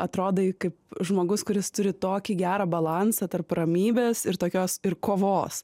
atrodai kaip žmogus kuris turi tokį gerą balansą tarp ramybės ir tokios ir kovos